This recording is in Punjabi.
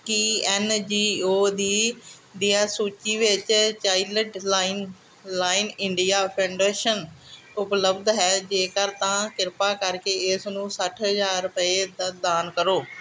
ਕੀ ਐਨ ਜੀ ਓ ਦੀ ਦੀਆਂ ਸੂਚੀ ਵਿੱਚ ਚਾਈਲਡਲਾਈ ਲਾਈਨ ਇੰਡੀਆ ਫੌਂਡੇਸ਼ਨ ਉਪਲੱਬਧ ਹੈ ਜੇਕਰ ਤਾਂ ਕਿਰਪਾ ਕਰਕੇ ਇਸ ਨੂੰ ਸੱਠ ਹਜ਼ਾਰ ਰੁਪਏ ਦਾ ਦਾਨ ਕਰੋ